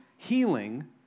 Healing